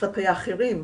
כלפי אחרים.